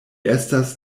estas